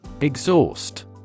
EXHAUST